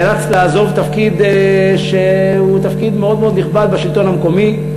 נאלצת לעזוב תפקיד שהוא תפקיד מאוד מאוד נכבד בשלטון המקומי,